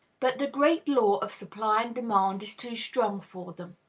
but the great law of supply and demand is too strong for them.